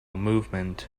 movement